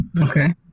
Okay